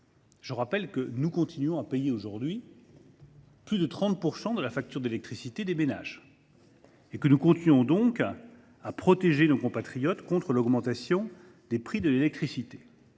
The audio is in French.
le rappelle, nous continuons à payer aujourd’hui plus de 30 % de la facture d’électricité des ménages. Nous continuons donc de protéger nos compatriotes contre l’augmentation des prix de l’électricité.